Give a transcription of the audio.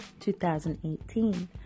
2018